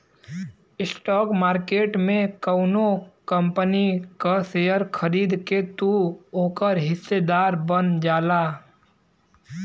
stock market में कउनो company क शेयर खरीद के तू ओकर हिस्सेदार बन जाला